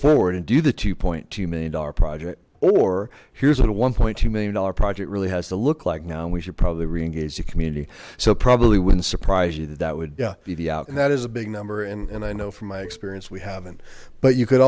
forward and do the two point two million dollar project or here's what a one two million dollar project really has to look like now and we should probably reengage the community so probably wouldn't surprise you that that would be out and that is a big number and and i know from my experience we haven't but you could